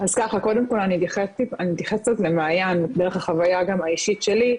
אז ככה קודם כל אני מתייחסת למעיין דרך החווייה האישית שלי,